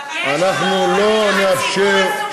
אנחנו לא נאפשר,